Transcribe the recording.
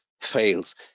fails